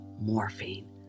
morphine